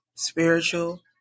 spiritual